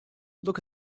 look